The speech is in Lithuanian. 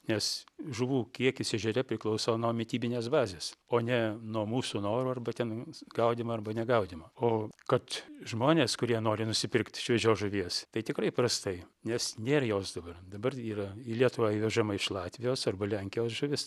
nes žuvų kiekis ežere priklauso nuo mitybinės bazės o ne nuo mūsų norų arba ten gaudymą arba negaudymo o kad žmonės kurie nori nusipirkt šviežios žuvies tai tikrai prastai nes nėr jos dabar yra į lietuvą įvežama iš latvijos arba lenkijos žuvis